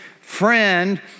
friend